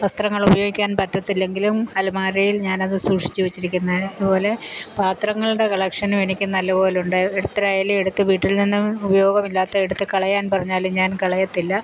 വസ്ത്രങ്ങൾ ഉപയോഗിക്കാൻ പറ്റത്തില്ലെങ്കിലും അലമാരയിൽ ഞാൻ അത് സൂക്ഷിച്ചു വച്ചിരിക്കുന്നത് അതുപോലെ പാത്രങ്ങളുടെ കളക്ഷനും എനിക്ക് നല്ലപോലെ ഉണ്ടായ എത്ര ആയാലും എടുത്ത് വീട്ടിൽ നിന്നും ഉപയോഗമില്ലാത്ത എടുത്ത് കളയാൻ പറഞ്ഞാലും ഞാൻ കളയത്തില്ല